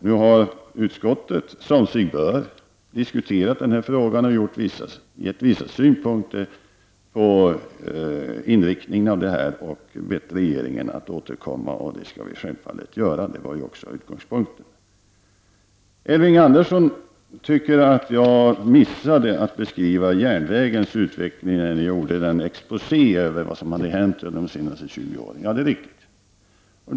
Nu har utskottet, som sig bör, diskuterat frågan och anlagt vissa synpunkter på inriktningen i detta sammanhang. Man har bett regeringen att återkomma till detta. Det skall vi självfallet göra — det var ju också utgångspunkten. Elving Andersson tycker att jag missade att beskriva järnvägens utveckling när jag lämnade min exposé över vad som hänt under de senaste 20 åren. Ja, det är riktigt.